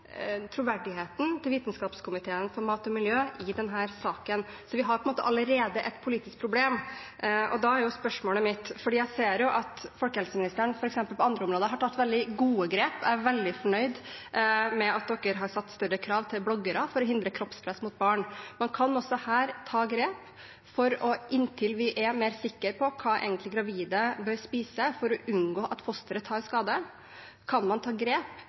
troverdigheten til Vitenskapskomiteen for mat og miljø i denne saken. Vi har på en måte allerede et politisk problem. Jeg ser jo f.eks. at folkehelseministeren har tatt veldig gode grep på andre områder; jeg er veldig fornøyd med at man har stilt større krav til bloggere for å hindre kroppspress mot barn. Inntil vi er mer sikre på hva gravide egentlig bør spise for å unngå at fosteret tar skade, kan man ta grep